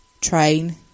train